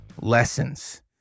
Lessons